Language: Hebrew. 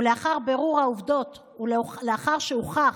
ולאחר בירור העובדות ולאחר שהוכח